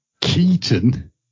Keaton